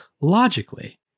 logically